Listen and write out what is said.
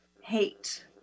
hate